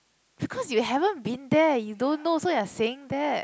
because you haven't been there you don't know so you are saying that